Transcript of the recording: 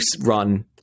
run